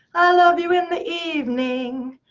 i love you in the evening,